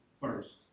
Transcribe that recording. first